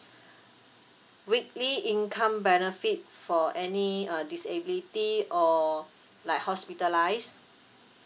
weekly income benefit for any uh disability or like hospitalised